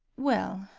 well,